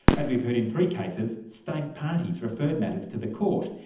as we've heard in three cases, state parties referred matters to the court.